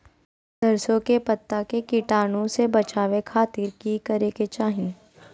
सरसों के पत्ता के कीटाणु से बचावे खातिर की करे के चाही?